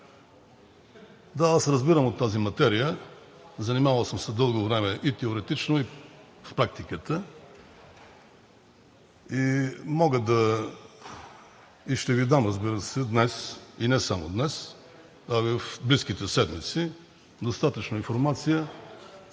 Да, аз разбирам от тази материя, занимавал съм се дълго време и теоретично, и в практиката. Мога и ще Ви дам, разбира се, днес – и не само, а и в близките седмици достатъчно информация,